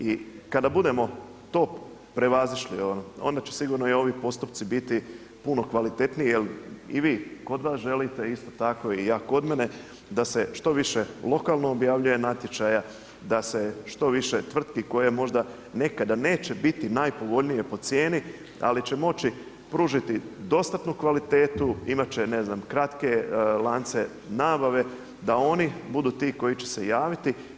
I kada budemo to prevazišli, onda će sigurno i ovi postupci biti puno kvalitetniji, jer i vi, kod vas želite isto tako i ja kod mene da se što više lokalno objavljuje natječaja, da se što više tvrtke koje možda nekada neće biti najpovoljnije po cijeni ali će moći pružiti dostatnu kvalitetu, imat će ne znam kratke lance nabave, da oni budu ti koji će se javiti.